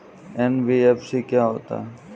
NBFC क्या होता है?